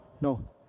no